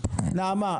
נציגת הרווחה,